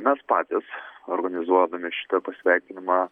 mes patys organizuodami šitą pasveikinimą